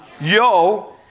Yo